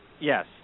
Yes